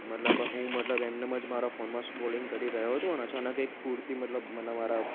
મતલબ હું મતલબ એમ ને એમ જ મારા ફોનમાં સ્ક્રોલિંગ કરી રહ્યો હતો અને અચાનક એક કુર્તી મતલબ મને મારા